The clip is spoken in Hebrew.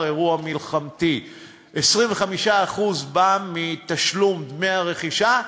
אירוע מלחמה 25% בא מתשלום דמי הרכישה,